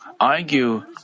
argue